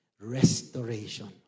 restoration